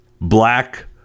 black